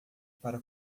para